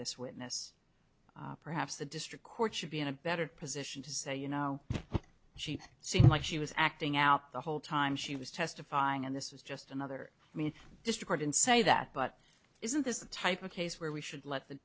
this witness perhaps the district court should be in a better position to say you know she seemed like she was acting out the whole time she was testifying and this is just another i mean just to court and say that but isn't this the type of case where we should let the